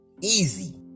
easy